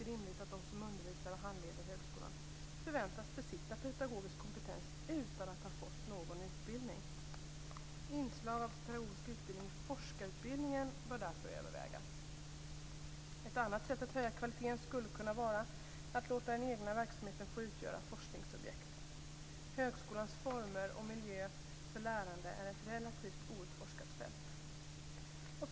Det är inte rimligt att de som undervisar och handleder i högskolan förväntas besitta pedagogisk kompetens utan att ha fått någon utbildning. Inslag av pedagogisk utbildning i forskarutbildningen bör därför övervägas. Ett annat sätt att höja kvaliteten skulle kunna vara att låta den egna verksamheten få utgöra forskningsobjekt. Högskolans former och miljö för lärande är ett relativt outforskat fält.